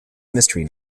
mystery